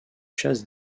chasse